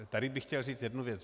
Tady bych chtěl říct jednu věc.